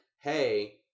hey